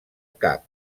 cap